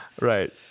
Right